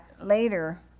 later